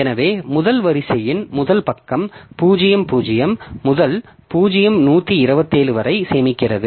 எனவே முதல் வரிசையின் முதல் பக்கம் 0 0 முதல் 0 127 வரை சேமிக்கிறது